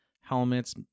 helmets